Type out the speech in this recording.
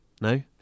No